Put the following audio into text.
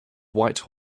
white